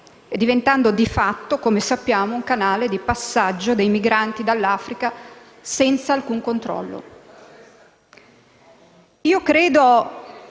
diventando di fatto, come sappiamo, un canale di passaggio dei migranti dall'Africa senza alcun controllo.